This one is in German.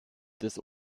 des